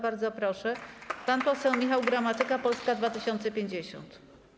Bardzo proszę, pan poseł Michał Gramatyka, Polska 2050.